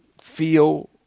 feel